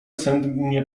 sennie